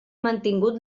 mantingut